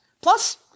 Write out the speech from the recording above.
Plus